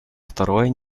второе